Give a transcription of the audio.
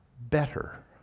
better